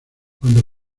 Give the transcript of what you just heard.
cuando